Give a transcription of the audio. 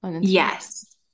Yes